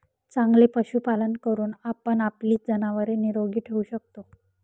चांगले पशुपालन करून आपण आपली जनावरे निरोगी ठेवू शकतो